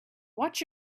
watch